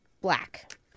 black